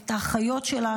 את האחיות שלה,